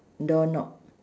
door knob